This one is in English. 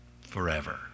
forever